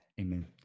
Amen